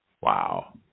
Wow